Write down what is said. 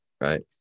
right